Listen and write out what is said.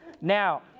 Now